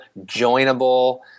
joinable